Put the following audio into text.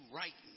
right